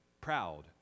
proud